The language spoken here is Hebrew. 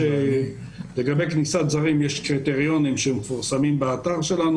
לגבי כניסת זרים יש קריטריונים שמפורסמים באתר שלנו,